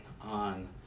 on